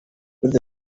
with